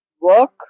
work